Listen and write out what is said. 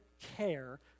care